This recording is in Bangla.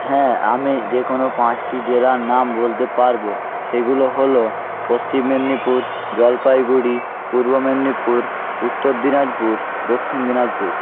হ্যাঁ আমি যে কোনো পাঁচটি জেলার নাম বলতে পারবো সেগুলো হলো পশ্চিম মেদিনীপুর জলপাইগুড়ি পূর্ব মেদিনীপুর উত্তর দিনাজপুর দক্ষিণ দিনাজপুর